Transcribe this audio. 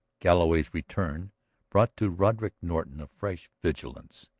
galloway's return brought to roderick norton a fresh vigilance,